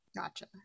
Gotcha